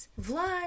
Vlad